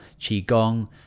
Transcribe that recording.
qigong